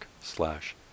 slash